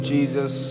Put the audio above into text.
Jesus